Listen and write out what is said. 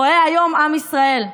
רואה היום עם ישראל.